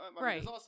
Right